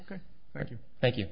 ok thank you thank you